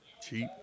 cheap